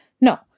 No